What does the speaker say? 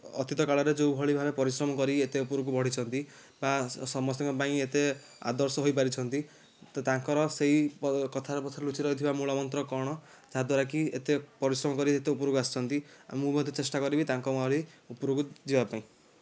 ଅତୀତ କାଳରେ ଯେଉଁଭଳି ଭାବରେ ପରିଶ୍ରମ କରି ଏତେ ଉପରକୁ ବଢ଼ିଛନ୍ତି ବା ସମସ୍ତଙ୍କ ପାଇଁ ଏତେ ଆଦର୍ଶ ହୋଇପାରିଛନ୍ତି ତ ତାଙ୍କର ସେହି କଥାରେ କଥାରେ ଲୁଚି ରହିଥିବା ମୂଳ ମନ୍ତ୍ର କ'ଣ ଯାହାଦ୍ୱାରା କି ଏତେ ପରିଶ୍ରମ କରି ଏତେ ଉପରକୁ ଆସିଛନ୍ତି ଆଉ ମୁଁ ମଧ୍ୟ ଚେଷ୍ଟା କରିବି ତାଙ୍କ ଭଳି ଉପରକୁ ଯିବା ପାଇଁ